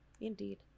indeed